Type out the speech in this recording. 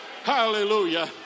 Hallelujah